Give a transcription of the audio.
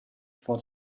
for